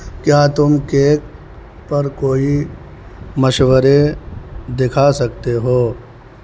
کیا تم کیک پر کوئی مشورے دکھا سکتے ہو